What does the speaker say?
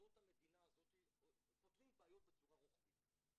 שמוסדות המדינה הזאת פותרים בעיות בצורה רוחבית.